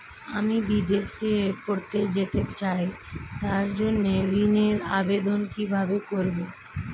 আমি বিদেশে পড়তে যেতে চাই তার জন্য ঋণের আবেদন কিভাবে করব?